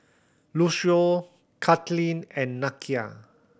Lucio Kathleen and Nakia